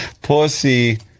Pussy